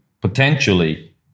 potentially